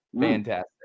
fantastic